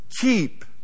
keep